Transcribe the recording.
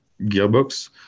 gearbox